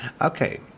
Okay